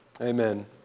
Amen